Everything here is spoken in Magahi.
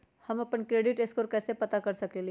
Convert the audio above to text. हम अपन क्रेडिट स्कोर कैसे पता कर सकेली?